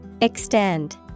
extend